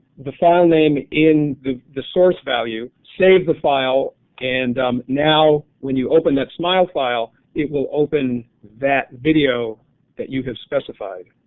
the file name in the the source value, save the file and now when you open that smiol file it will open that video that you have specified.